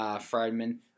Friedman